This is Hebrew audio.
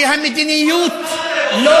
כל הזמן אתם רוצים, כי המדיניות לא תשתנה.